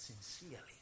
sincerely